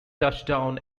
touchdown